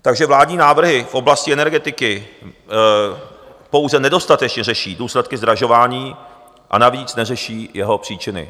Takže vládní návrhy v oblasti energetiky pouze nedostatečně řeší důsledky zdražování, a navíc neřeší jeho příčiny.